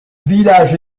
village